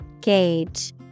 Gauge